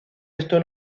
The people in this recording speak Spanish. esto